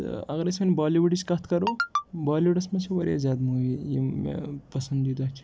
تہٕ اَگر أسۍ وَن بالی وُڈٕچ کَتھ کرو بالی وُڈَس منٛز چھِ واریاہ زیادٕ موٗوی یِم مےٚ پَسندیٖدہ چھِ